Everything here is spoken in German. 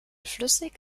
flüssig